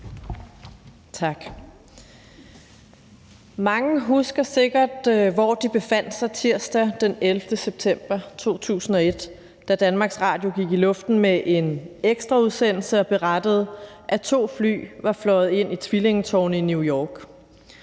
Mange husker sikkert, hvor de befandt sig tirsdag den 11. september 2001, da DR gik i luften med en ekstraudsendelse og berettede, at to fly var fløjet ind i tvillingetårnene i New York.